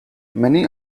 many